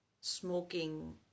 smoking